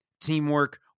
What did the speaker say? teamwork